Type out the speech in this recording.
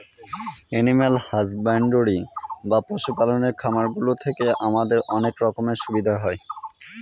animal husbandry বা পশু পালনের খামার গুলো থেকে আমাদের অনেক রকমের সুবিধা হয়